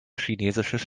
chinesisches